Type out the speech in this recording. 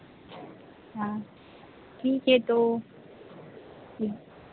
हाँ ठीक है तो ठीक